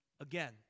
again